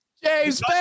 James